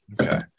okay